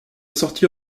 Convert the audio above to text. sortie